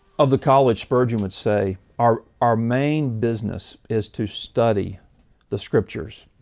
of the college, spurgeon would say, our our main business is to study the scriptures.